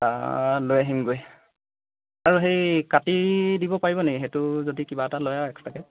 লৈ আহিমগৈ আৰু সেই কাটি দিব পাৰিব নেকি সেইটো যদি কিবা এটা লয় আৰু এক্সট্ৰাকৈ